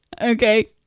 okay